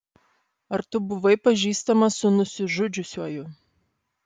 ar tu buvai pažįstamas su nusižudžiusiuoju